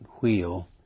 wheel